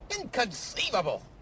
Inconceivable